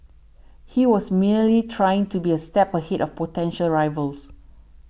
he was merely trying to be a step ahead of potential rivals